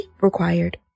required